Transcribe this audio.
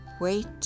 wait